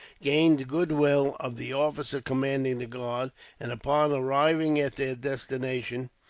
gained the goodwill of the officer commanding the guard and upon arriving at their destination,